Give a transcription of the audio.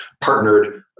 partnered